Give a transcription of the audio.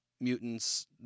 mutants